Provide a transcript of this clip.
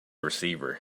receiver